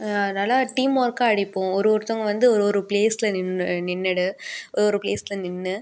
அதனாலே டீம் ஒர்க்காக அடிப்போம் ஒரு ஒருத்தவங்க வந்து ஒரு ஒரு பிளேஸில் நின்று நின்றுட்டு ஒரு பிளேஸில் நின்று